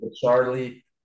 Charlie